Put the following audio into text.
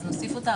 אז נוסיף אותה.